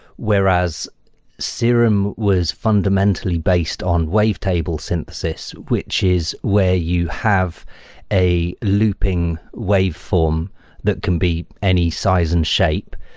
whereas serum was fundamentally based on wave table synthesis, which is where you have a looping waveform that can be any size and shape,